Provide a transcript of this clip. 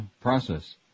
process